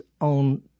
on